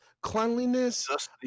cleanliness